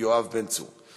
יואב בן צור.